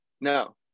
No